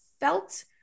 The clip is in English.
felt